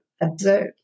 observe